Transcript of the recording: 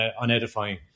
unedifying